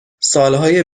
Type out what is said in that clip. سالهای